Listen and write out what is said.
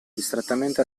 distrattamente